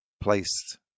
placed